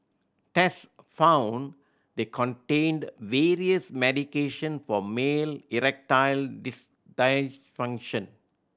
tests found they contained various medication for male erectile this dysfunction